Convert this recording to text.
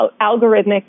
algorithmic